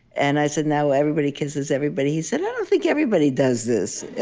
and i said, now everybody kisses everybody. he said, i don't think everybody does this